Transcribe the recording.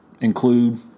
include